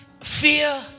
fear